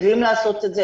משתדלים לעשות את זה,